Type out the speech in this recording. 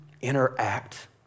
interact